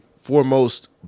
foremost